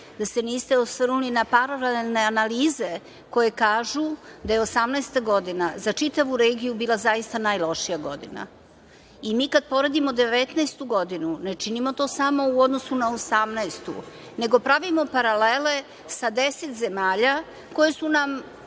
da se niste osvrnuli na paralelne analize koje kažu da je 2018. godina za čitavu regiju bila zaista najlošija godina. Mi kada poredimo 2019. godinu ne činimo to samo u odnosu na 2018. godinu, nego pravimo paralele sa deset zemalja koje su nam